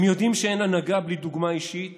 הם יודעים שאין הנהגה בלי דוגמה אישית